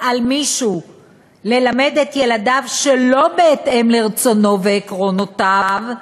על מישהו ללמד את ילדיו שלא בהתאם לרצונו ועקרונותיו,